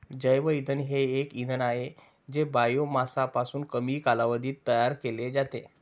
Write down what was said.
जैवइंधन हे एक इंधन आहे जे बायोमासपासून कमी कालावधीत तयार केले जाते